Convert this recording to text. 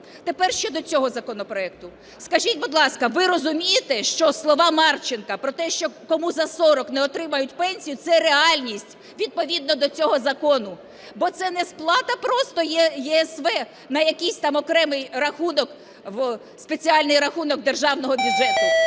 Тепер щодо цього законопроекту. Скажіть, будь ласка, ви розумієте, що слова Марченка про те, що кому за 40, не отримають пенсію, це реальність відповідно до цього закону. Бо це не сплата просто ЄСВ на якійсь там окремий рахунок, спеціальний рахунок державного бюджету,